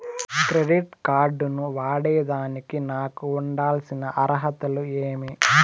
Credit card ను వాడేదానికి నాకు ఉండాల్సిన అర్హతలు ఏమి?